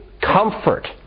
comfort